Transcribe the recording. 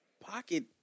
pocket